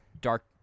dark